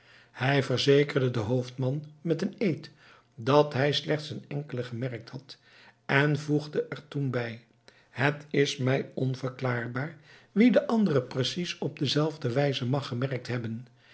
hij verzekerde den hoofdman met een eed dat hij slechts een enkele gemerkt had en voegde er toen bij het is mij onverklaarbaar wie de andere precies op dezelfde wijze mag gemerkt hebben